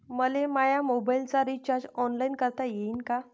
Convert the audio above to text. मले माया मोबाईलचा रिचार्ज ऑनलाईन करता येईन का?